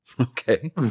Okay